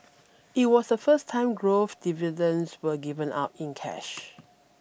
it was the first time growth dividends were given out in cash